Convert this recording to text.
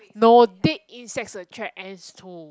no dead insects attract ants too